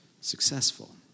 successful